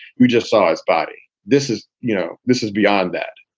we just saw his body. this is you know, this is beyond that